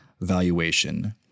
valuation